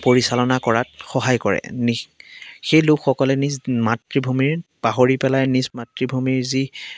পৰিচালনা কৰাত সহায় কৰে সেই লোকসকলে নিজ মাতৃভূমিক পাহৰি পেলাই নিজ মাতৃভূমিৰ যি